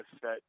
set